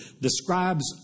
describes